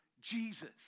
Jesus